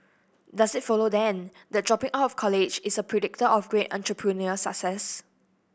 does it follow then that dropping out of college is a predictor of great entrepreneurial success